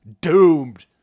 doomed